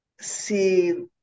see